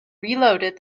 reloaded